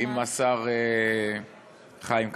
עם השר חיים כץ.